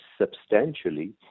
substantially